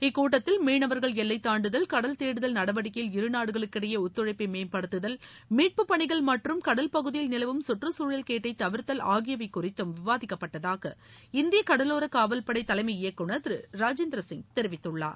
இக்கூட்டத்தில் மீனவர்கள் எல்லைதான்டுதல் கடல் தேடுதல் நடவடிக்கையில் இருநாடுகளுக்கிடையே ஒத்துழைப்பை மேற்படுத்ததல் மீட்புப் பணிகள் மற்றும் கடல் பகுதியில் நிலவும் கற்றுச்சூழல் கேட்டை தவிர்த்தல் ஆகியவை குறித்தும் விவாதிக்கப்பட்டதாக இந்திய கடவோர காவல்படை தலைமை இயக்குநர் திரு ராஜேந்திர சிங் தெரிவித்துள்ளார்